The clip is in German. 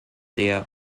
der